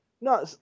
No